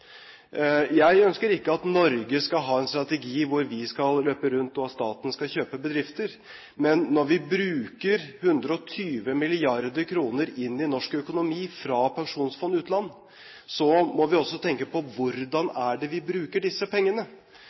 Jeg ønsker ikke at Norge skal ha en strategi hvor staten skal løpe rundt og kjøpe bedrifter, men når vi bruker 120 mrd. kr fra Statens pensjonsfond utland inn i norsk økonomi, må vi også tenke på: Hvordan bruker vi disse pengene? Det vi